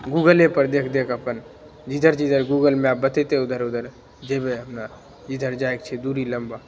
गूगले पर देखि देख अपन जिधर जिधर गूगल मैप बतेतै ऊधर ऊधर जयबे हमे जिधर जाइके छै दुरी लम्बा